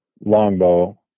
longbow